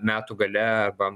metų gale arba na